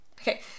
Okay